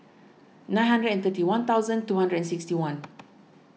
nine hundred and thirty one thousand two hundred and sixty one